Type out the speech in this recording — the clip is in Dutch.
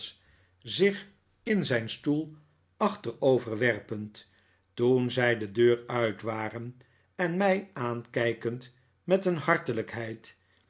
zich in zijn stoel achteroverwerpend toen zij de deur uit waren en niij aankijkend met een hartelijkheid